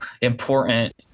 important